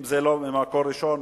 אם זה לא ממקור ראשון,